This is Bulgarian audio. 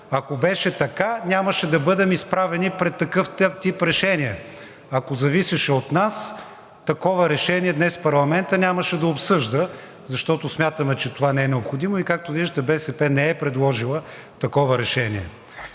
Ако беше така, нямаше да бъдем изправени пред такъв тип решение. Ако зависеше от нас, такова решение днес парламентът нямаше да обсъжда, защото смятаме, че това не е необходимо, и както виждате, БСП не е предложила такова решение.